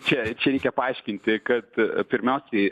čia čia reikia paaiškinti kad pirmiausiai